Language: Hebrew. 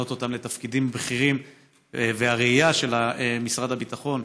למנות אותם לתפקידים בכירים והראייה של משרד הביטחון